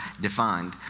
defined